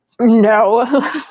No